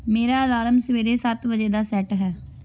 ਮੇਰਾ ਅਲਾਰਮ ਸਵੇਰੇ ਸੱਤ ਵਜੇ ਦਾ ਸੈੱਟ ਹੈ